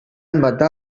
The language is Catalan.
matar